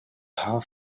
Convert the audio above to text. paar